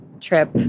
trip